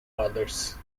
others